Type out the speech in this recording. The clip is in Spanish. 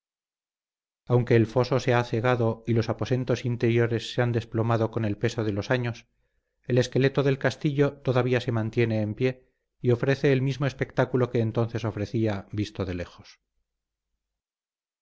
aunque el foso se ha cegado y los aposentos interiores se han desplomado con el peso de los años el esqueleto del castillo todavía se mantienen en pie y ofrece el mismo espectáculo que entonces ofrecía visto de lejos